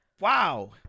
wow